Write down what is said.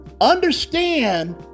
understand